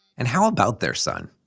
and how about their son?